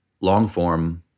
long-form